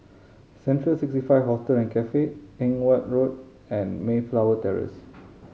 Central Sixty Five Hostel and Cafe Edgeware Road and Mayflower Terrace